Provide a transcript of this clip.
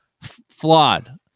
flawed